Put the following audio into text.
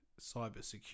cybersecurity